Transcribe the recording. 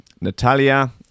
Natalia